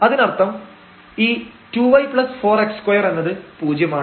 അതിനർത്ഥം ഈ 2 y4x2 എന്നത് പൂജ്യമാണ്